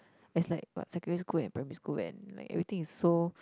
is like what secondary school and primary school and like everything is so